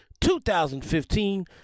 2015